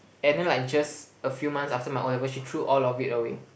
and then like just a few months after my O-levels she threw all of it away